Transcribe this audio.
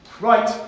Right